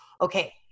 Okay